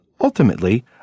Ultimately